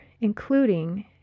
including